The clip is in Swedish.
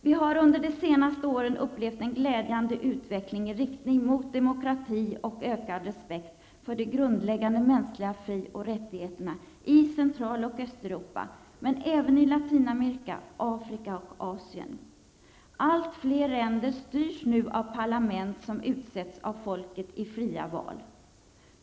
Vi har under de senaste åren upplevt en glädjande utveckling i riktning mot demokrati och ökad respekt för de grundläggande mänskliga fri och rättigheterna i Central och Östeuropa, men även i Latinamerika, Afrika och Asien. Allt fler länder styrs nu av parlament som utsetts av folket i fria val.